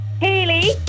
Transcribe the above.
Hayley